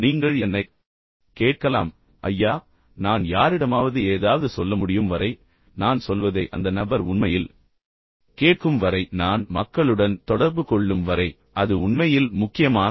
இப்போது நீங்கள் என்னைக் கேட்கலாம் ஐயா நான் யாரிடமாவது ஏதாவது சொல்ல முடியும் வரை நான் சொல்வதை அந்த நபர் உண்மையில் கேட்கும் வரை நான் மக்களுடன் தொடர்பு கொள்ளும் வரை அது உண்மையில் முக்கியமா